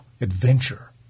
adventure